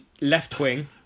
left-wing